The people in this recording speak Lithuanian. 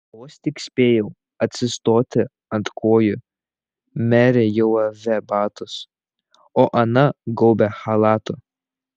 vos tik spėjau atsistoti ant kojų merė jau avė batus o ana gaubė chalatu